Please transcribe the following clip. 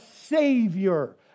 savior